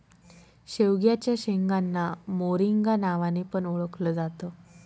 शेवग्याच्या शेंगांना मोरिंगा नावाने पण ओळखल जात